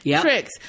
tricks